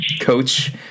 coach